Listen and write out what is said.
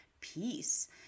peace